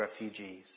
refugees